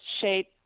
shape